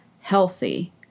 healthy